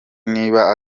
niba